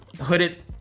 hooded